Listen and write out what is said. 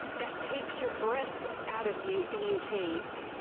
that takes your breath out of you being tasted.